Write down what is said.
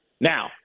Now